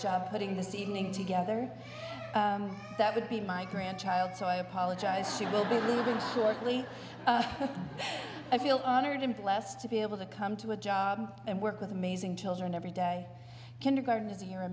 job putting this evening together that would be my grandchild so i apologize she will be shortly i feel honored to be blessed to be able to come to a job and work with amazing children every day kindergarten is the year